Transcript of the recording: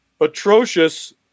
atrocious